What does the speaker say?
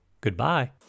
Goodbye